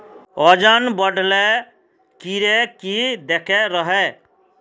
वजन बढे ले कीड़े की देके रहे?